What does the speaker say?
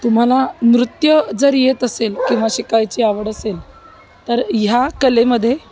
तुम्हाला नृत्य जर येत असेल किंवा शिकायची आवड असेल तर ह्या कलेमध्ये